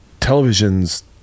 television's